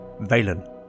Valen